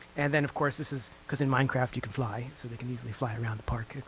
and then of course this is, cause in minecraft you can fly, so they can easily fly around the park,